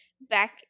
back